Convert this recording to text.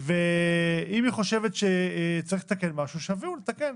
אם היא חושבת שצריך לתקן משהו - שיביאו לתקן.